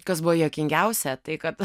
kas buvo juokingiausia tai kad